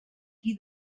qui